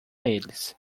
eles